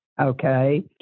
okay